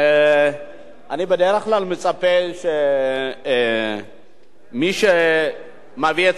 אני בדרך כלל מצפה שמי שמביא את דברי הממשלה,